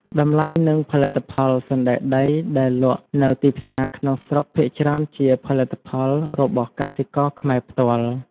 តម្លៃនិងផលិតផល សណ្ដែកដីដែលលក់នៅទីផ្សារក្នុងស្រុកភាគច្រើនជាផលិតផលរបស់កសិករខ្មែរផ្ទាល់។